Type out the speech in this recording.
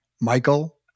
Michael